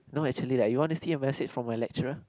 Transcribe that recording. no actually like you want to see a message from my lecturer